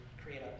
create